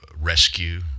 rescue